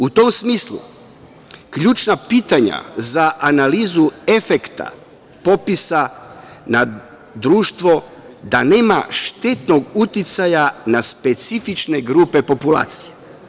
U tom smislu, ključna pitanja za analizu efekta popisa na društvo, da nema štetnog uticaja na specifične grupe populacije.